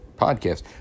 podcast